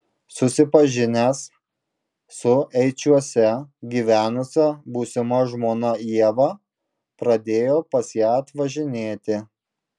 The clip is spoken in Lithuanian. susipažinęs su eičiuose gyvenusia būsima žmona ieva pradėjau pas ją atvažinėti